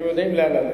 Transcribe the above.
הם יודעים לאן ללכת.